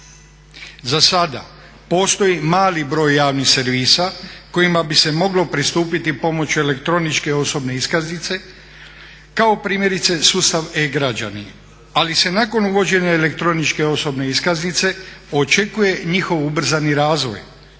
Zasada postoji mali broj javnih servisa kojima bi se moglo pristupiti pomoću elektroničke osobne iskaznice kao primjerice sustav E-građani, ali se nakon uvođenja elektroničke osobne iskaznice očekuje njihov ubrzani razvoj.